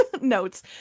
notes